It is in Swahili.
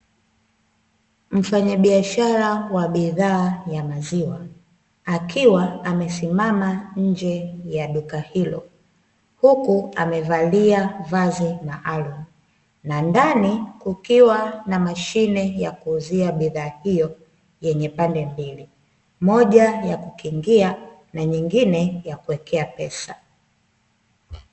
Mfanyabiashara wa bidhaa ya maziwa, akiwa amesimama nje ya duka hilo, huku amevalia vazi maalumu na ndani kukiwa na mashine ya kuuzia bidhaa hiyo, yenye pande mbili; moja ya kukingia na nyingine ya kuwekea pesa.